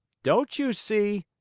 don't you see?